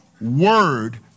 word